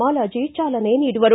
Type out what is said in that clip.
ಮಾಲಾಜಿ ಚಾಲನೆ ನೀಡುವರು